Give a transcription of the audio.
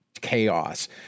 chaos